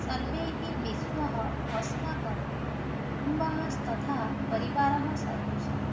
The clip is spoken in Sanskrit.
सर्वैः विश्वः अस्माकं कुटुम्बः तथा परिवारसदृशः